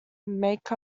make